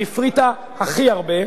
היא הפריטה הכי הרבה.